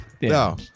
No